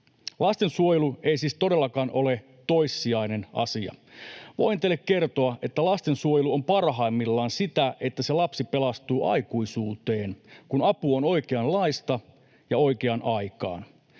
Lastensuojelu ei siis todellakaan ole toissijainen asia. Voin teille kertoa, että lastensuojelu on parhaimmillaan sitä, että se lapsi pelastuu aikuisuuteen, kun apu on oikeanlaista ja oikeaan aikaan.